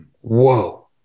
Whoa